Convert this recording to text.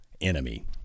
enemy